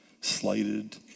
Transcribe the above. slighted